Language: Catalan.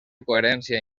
coherència